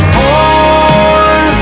born